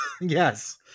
yes